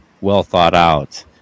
well-thought-out